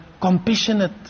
compassionate